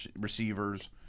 receivers